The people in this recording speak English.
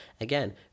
again